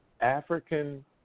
African